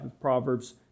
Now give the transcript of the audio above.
Proverbs